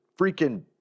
freaking